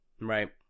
Right